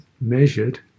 measured